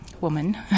woman